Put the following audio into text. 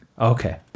Okay